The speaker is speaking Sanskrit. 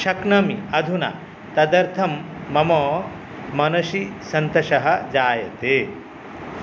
शक्नोमि अधुना तदर्थं मम मनसि सन्तोषः जायते